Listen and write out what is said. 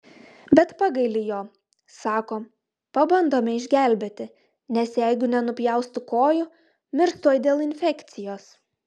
bet pagaili jo sako pabandome išgelbėti nes jeigu nenupjaus tų kojų mirs tuoj dėl infekcijos